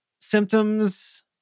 symptoms